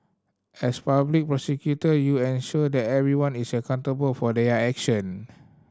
as public prosecutor you ensure that everyone is accountable for their action